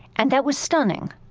and that was stunning.